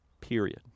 Period